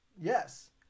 Yes